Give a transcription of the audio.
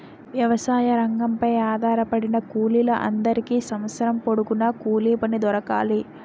వ్యవసాయ రంగంపై ఆధారపడిన కూలీల అందరికీ సంవత్సరం పొడుగున కూలిపని దొరకాలి